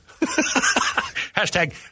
Hashtag